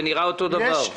זה נראה אותו דבר.